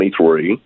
23